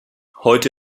heute